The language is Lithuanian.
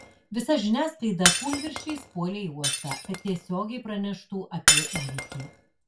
visa žiniasklaida kūlvirsčiais puolė į uostą kad tiesiogiai praneštų apie įvykį